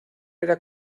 era